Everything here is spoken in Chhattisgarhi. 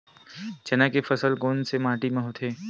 चना के फसल कोन से माटी मा होथे?